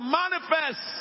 manifest